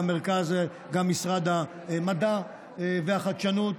גם משרד המדע והחדשנות,